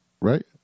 right